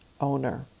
Owner